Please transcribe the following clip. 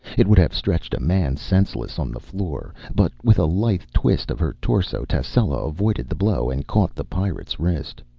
it would have stretched a man senseless on the floor. but with a lithe twist of her torso, tascela avoided the blow and caught the pirate's wrist.